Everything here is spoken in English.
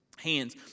hands